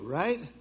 right